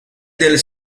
del